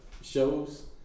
shows